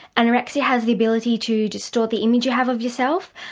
anorexia has the ability to distort the image you have of yourself.